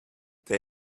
they